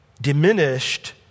diminished